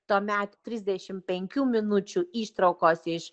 tuomet trisdešimt penkių minučių ištraukos iš